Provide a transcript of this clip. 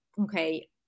okay